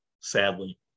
sadly